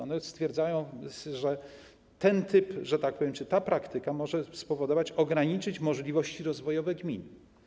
One stwierdzają, że ten typ, że tak powiem, czy ta praktyka może spowodować ograniczenie możliwości rozwojowych gmin.